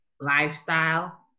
lifestyle